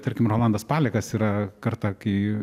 tarkim rolandas palekas yra kartą kai